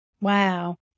Wow